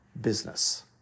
business